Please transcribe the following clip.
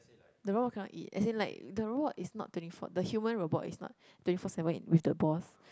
the robot cannot eat as in like the robot is not twenty four the human robot is not twenty four seven in with the boss